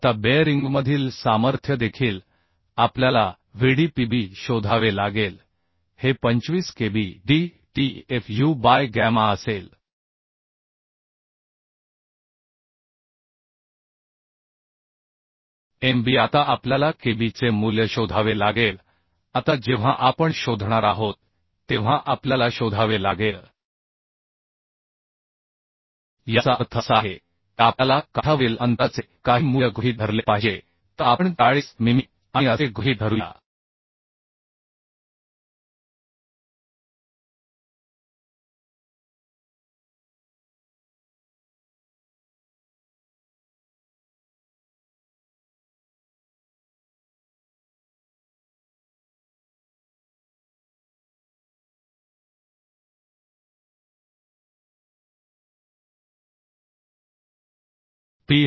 आता बेअरिंगमधील सामर्थ्य देखील आपल्याला Vdpb शोधावे लागेल हे 25 Kb fu by gamma mb आता आपल्याला kb चे मूल्य शोधावे लागेल आता जेव्हा आपण शोधणार आहोत तेव्हा आपल्याला शोधावे लागेल याचा अर्थ असा आहे की आपल्याला काठावरील अंतराचे काही मूल्य गृहित धरले पाहिजे तर आपण 40 मिमी आणि असे गृहीत धरूया